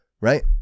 Right